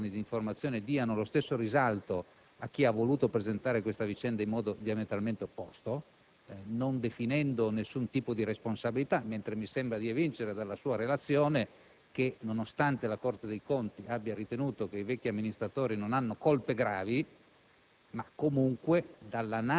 Spero pertanto che gli organi di informazione diano lo stesso risalto a chi ha voluto presentare questa vicenda in modo diametralmente opposto, non definendo nessun tipo di responsabilità, mentre mi sembra di evincere, dalla sua relazione, che, nonostante la Corte dei conti abbia ritenuto che i vecchi amministratori non hanno colpe gravi,